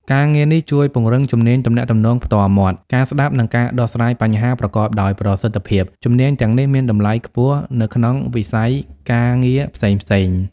ការងារនេះជួយពង្រឹងជំនាញទំនាក់ទំនងផ្ទាល់មាត់ ការស្ដាប់ និងការដោះស្រាយបញ្ហាប្រកបដោយប្រសិទ្ធភាព។ ជំនាញទាំងនេះមានតម្លៃខ្ពស់នៅក្នុងវិស័យការងារផ្សេងៗ។